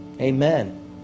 Amen